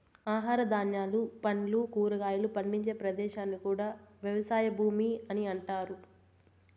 ఆహార ధాన్యాలు, పండ్లు, కూరగాయలు పండించే ప్రదేశాన్ని కూడా వ్యవసాయ భూమి అని అంటారు